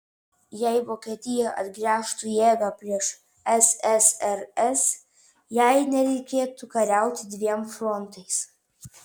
jei vokietija atgręžtų jėgą prieš ssrs jai nereikėtų kariauti dviem frontais